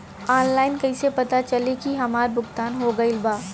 Online कईसे पता चली की हमार भुगतान हो गईल बा?